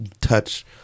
touch